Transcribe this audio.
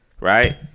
Right